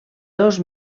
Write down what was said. dos